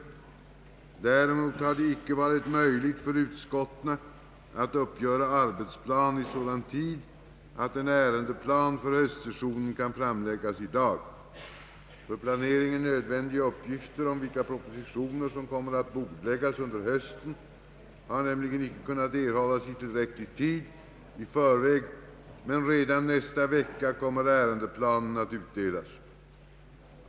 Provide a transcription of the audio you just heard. Däremot har det icke varit möjligt för utskotten att uppgöra arbetsplan i sådan tid att en ärendeplan för höstsessionen kan framläggas i dag. För planeringen nödvändiga uppgifter om vilka propositioner som kommer att bordläggas under hösten har nämligen icke kunnat erhållas i tillräcklig tid i förväg, men redan nästa vecka kommer ärendeplanen att utdelas.